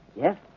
Yes